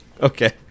Okay